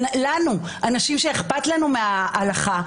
אנשים שאכפת להם מההלכה,